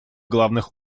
главных